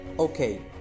Okay